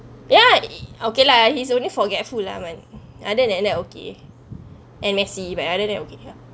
ya it okay lah he's only forgetful lah I mean other than that okay and messy but other than that okay ya